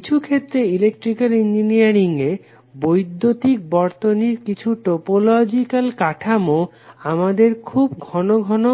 কিছুক্ষেত্রে electrical engineering এ বৈদ্যুতিক বর্তনীর কিছু টোপোলজিক্যাল কাঠামো আমাদের খুব ঘন ঘন